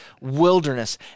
wilderness